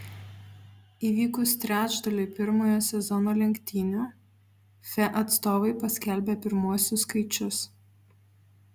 įvykus trečdaliui pirmojo sezono lenktynių fe atstovai paskelbė pirmuosius skaičius